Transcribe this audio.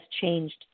changed